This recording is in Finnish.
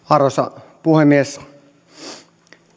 arvoisa puhemies